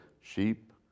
sheep